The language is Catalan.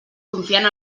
confiant